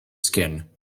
skin